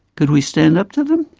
could we stand up to them?